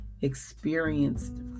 experienced